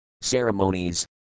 ceremonies